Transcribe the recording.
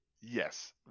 Yes